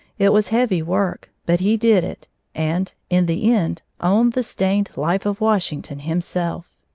it was heavy work, but he did it and, in the end, owned the stained life of washington, himself.